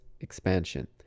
expansion